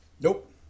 Nope